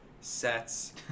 sets